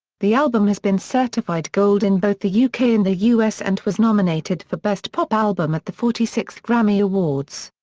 the album has been certified gold in both the yeah uk and the us and was nominated for best pop album at the forty sixth grammy awards.